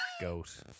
goat